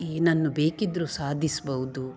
ಏನನ್ನು ಬೇಕಿದ್ದರು ಸಾಧಿಸ್ಬಹುದು